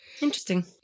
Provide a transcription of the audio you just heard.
Interesting